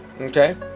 okay